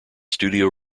studio